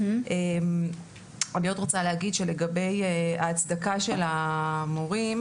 אני עוד רוצה להגיד שלגבי ההצדקה של המורים,